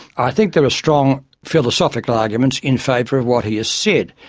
i think there are strong philosophical arguments in favour of what he has said,